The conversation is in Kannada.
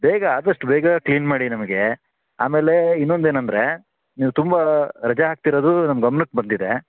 ಬೇಗ ಆದಷ್ಟು ಬೇಗ ಕ್ಲೀನ್ ಮಾಡಿ ನಮಗೆ ಆಮೇಲೆ ಇನ್ನೊಂದು ಏನೆಂದ್ರೆ ನೀವು ತುಂಬ ರಜೆ ಹಾಕ್ತಿರೋದು ನಮ್ಮ ಗಮ್ನಕ್ಕೆ ಬಂದಿದೆ